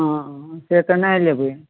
हँ से तऽ नहि लेबै